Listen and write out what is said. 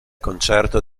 concerto